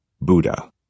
Buddha